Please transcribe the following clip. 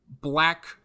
black